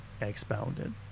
expounded